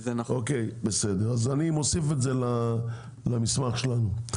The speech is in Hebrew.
אוקי בסדר אז אני מוסיף את זה למסמך שלנו.